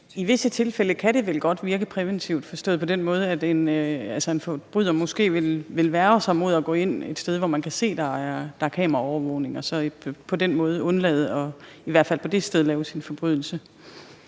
i visse tilfælde kan det vel godt virke præventivt, forstået på den måde, at en forbryder måske vil værge sig mod at gå ind et sted, hvor man kan se, at der er kameraovervågning. Så vil man måske undlade, i hvert fald på det sted, at begå sin forbrydelse.